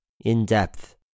In-depth